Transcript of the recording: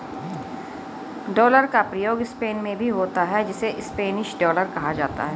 dollar का प्रयोग Spain में भी होता है जिसे स्पेनिश डॉलर कहा जाता है